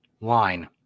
line